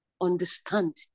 understand